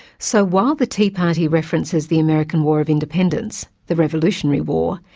so while the tea party references the american war of independence, the revolutionary war,